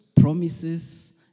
promises